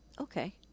okay